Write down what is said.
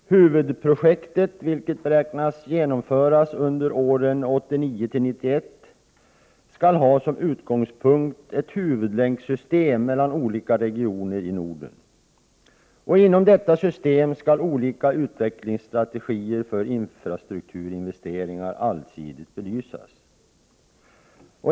Huvudprojektet, vilket beräknas genomföras under åren 1989-1991, skall som utgångspunkt ha ett huvudlänksystem mellan olika regioner i Norden. Inom detta system skall olika utvecklingsstrategier för infrastrukturinvesteringar allsidigt belysas.